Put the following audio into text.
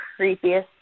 creepiest